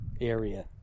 area